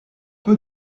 peu